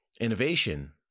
innovation